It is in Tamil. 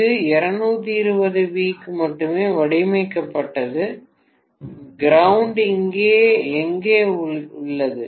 இது 220 V க்கு மட்டுமே வடிவமைக்கப்பட்டது கிரவுண்ட் இங்கே எங்கோ உள்ளது